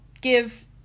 give